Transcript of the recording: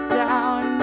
down